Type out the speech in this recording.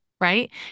right